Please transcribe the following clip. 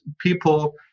people